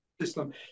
system